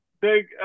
big